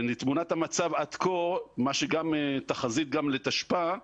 ולתמונת המצב עד כה, תחזית גם לתשפ"א: